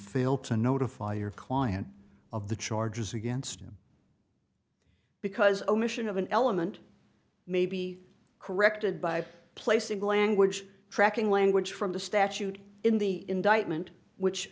to notify your client of the charges against him because omission of an element may be corrected by placing language tracking language from the statute in the indictment which